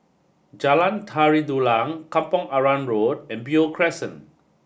Jalan Tari Dulang Kampong Arang Road and Beo Crescent